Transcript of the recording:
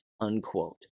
unquote